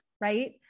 right